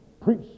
preach